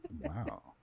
Wow